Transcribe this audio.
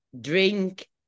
drink